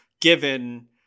given